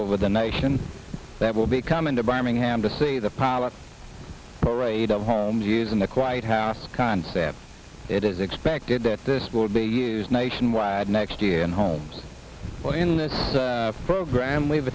over the nation that will be coming to birmingham to see the power parade of homes using the quite house concept it is expected that this will be used nationwide next year and homes well in this program we've